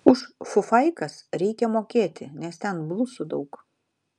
už fufaikas reikia mokėti nes ten blusų daug